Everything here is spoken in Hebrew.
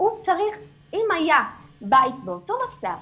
אם היה בית באותו מצב